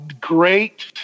great